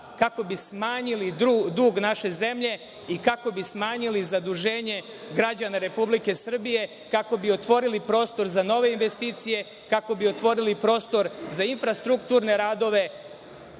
kako bi smanjili dug naše zemlje i kako bi smanjili zaduženje građana Republike Srbije, kako bi otvorili prostor za nove investicije, kako bi otvorili prostor za infrastrukturne radove,